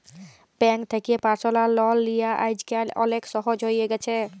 bank থ্যাকে personal loan লিয়া আইজকাল অলেক সহজ হ্যঁয়ে গেছে